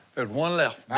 and one left.